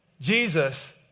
Jesus